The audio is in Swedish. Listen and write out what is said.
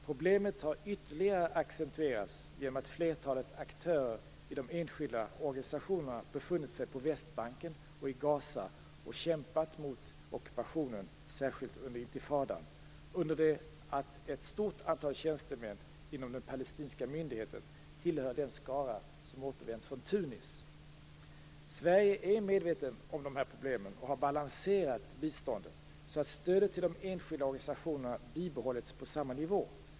Problemet har ytterligare accentuerats genom att flertalet aktörer i de enskilda organisationerna befunnit sig på Västbanken och i Gaza och kämpat mot ockupationen, särskilt under intifadan, under det att ett stort antal tjänstemän inom den palestinska myndigheten tillhör den skara som återvänt från Tunis. Sverige är medvetet om de här problemen och har balanserat biståndet så att stödet till de enskilda organisationerna bibehållits på samma nivå.